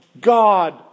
God